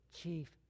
chief